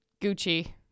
Gucci